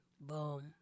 Boom